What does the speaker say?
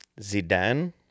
Zidane